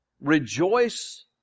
rejoice